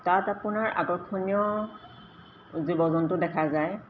তাত আপোনাৰ আকৰ্ষণীয় জীৱ জন্তু দেখা যায়